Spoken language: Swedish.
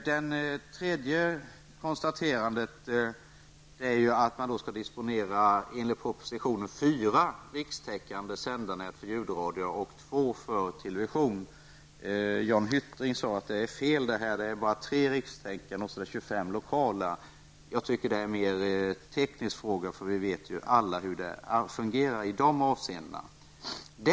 Det tredje konstaterandet är att man enligt propositionen skall disponera fyra rikstäckande sändarnät för ljudradio och två för television. Jan Hyttring sade att detta var fel, det finns bara 3 rikstäckande och 25 lokala. Jag tycker detta är mer en teknisk fråga, vi vet ju alla hur det fungerar i de avseendena.